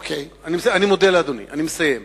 אני מודה לאדוני, אני מסיים.